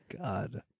god